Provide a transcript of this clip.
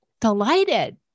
delighted